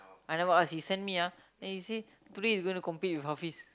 I never ask he send me ah then he say today he gonna compete with Hafiz